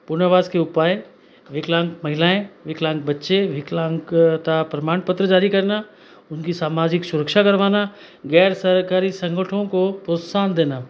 पुनर्वास के उपाय विकलांग महिलाएं विकलांग बच्चे विकलांगता प्रमाण पत्र जारी करना उनकी सामाजिक सुरक्षा करवाना गैर सरकारी संगठनों को प्रोत्साहन देना